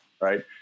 right